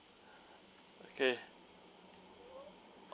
okay